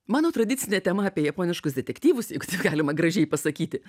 mano tradicinė tema apie japoniškus detektyvus jeigu taip galima gražiai pasakyti